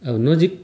अब नजिक